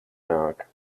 nāk